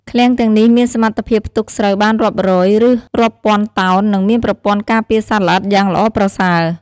ឃ្លាំងទាំងនេះមានសមត្ថភាពផ្ទុកស្រូវបានរាប់រយ ឬរាប់ពាន់តោន និងមានប្រព័ន្ធការពារសត្វល្អិតយ៉ាងល្អប្រសើរ។